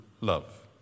love